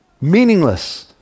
Meaningless